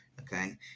Okay